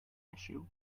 issue